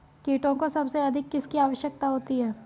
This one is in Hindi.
कीटों को सबसे अधिक किसकी आवश्यकता होती है?